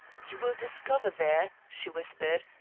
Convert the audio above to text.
you will discover there, she whispered,